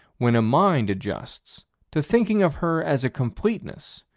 when a mind adjusts to thinking of her as a completeness,